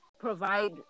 provide